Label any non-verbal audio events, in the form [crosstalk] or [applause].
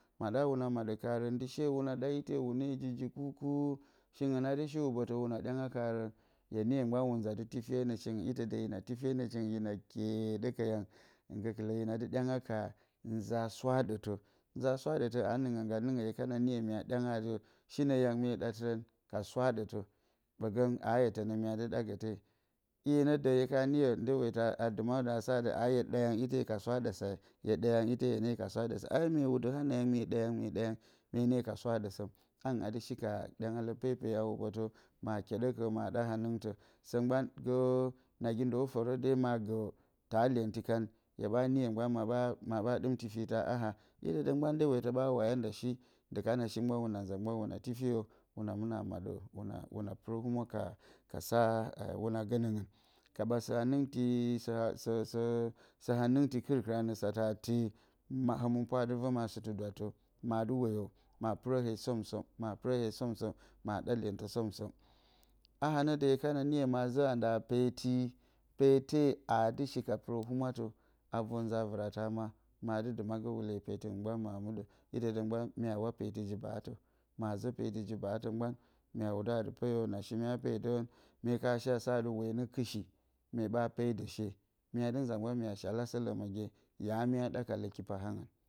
Maɗa hwuna maɗǝ karǝn, ndɨ she hwuna ɗa ite hwune ji kur-kur, shingɨn a dɨ shi hubotǝ hwuna ɗyanga karǝn. Hye niyo mgban hwun nza dɨ tifiyo nǝ shingɨn. Itǝ dǝ hina tifiyo ǝ shingɨn, hina kyeeɗǝkǝ yang. Gǝkɨlǝ hina dɨ ɗyanga ka nza swaɗǝtǝ. Nza swaɗǝtǝ aa nɨngǝ ngga nɨngǝ hye kana noyo mya ɗyanga atɨ, shinǝ yang mye ɗa tɨrǝn ka swaɗǝtǝ. Ɓǝgǝng, aayǝ tǝnǝ mya dɨ ɗa gǝte. 'ye nǝ dǝ hye ka niyo, ndewetǝ a dɨma dǝ a sa atɨ, aa hye ɗa yang ite ka swaɗǝ sa, hye ɗa yang ite hyena ka swaɗǝ sa. Ai mye wudo hanǝ yang, mye ɗa yang, mye ɗa yang mye ne ka swaɗǝ sǝm. Angɨn a dɨ shi ka ɗyangalǝ pepeye a hubotǝ, ma a kyeɗǝkǝ ma a ɗa hanɨngtǝ. Sǝ mgban gǝ, nagi ndo fǝrǝ nǝ ma a gǝ taa lyenti kan, hye ɓa niyo mgban ma ɓa ɗɨm tifitǝ a a haa. itǝ dǝ mgban ndewetǝ ɓa waya nda shi, ndɨ kana shi mgban hwuna nza mbgan hwuna tifiyo hwuna mɨna maɗǝ hwuna pɨrǝ humwa ka sa hwuna gǝ nǝngɨn. Kaɓa sǝ hanɨngti [hesitation] sǝ hanɨngti kɨr-kɨr nǝ satǝ atɨ, hǝmɨnpwa a dɨ vǝ ma sɨtɨ dwattǝ. Ma dɨ woyo a pɨrǝ hee som-som ma pɨrǝ hee som-som, ma ɗa lyentǝ som-som. A haa nǝ dǝ he kana niyo ma zǝ anda peeti, peete aa dɨ shi ka pɨr humwatǝ, a vor nza vɨrata ma, ma dɨ dɨma gǝ wule peetɨngɨn mgban. ma muɗǝ. Itǝ dǝ mgban mya wa peetɨ zɨ-baatǝ. ma zǝ peetɨ ji baatǝ mgban mya wudǝ a dɨ peyo. Na shi mgban mya pedǝrǝn, mye ka shea sa atɨ, we nǝ kɨshi, mye ɓa pedǝ she, mya dɨ nza mgban mya shalasǝ lǝmǝgye, ya mya ɗa ka lǝ kipahangɨn?